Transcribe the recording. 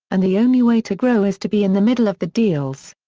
and the only way to grow is to be in the middle of the deals.